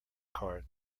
card